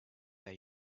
that